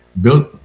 built